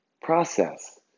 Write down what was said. process